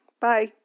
Bye